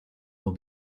will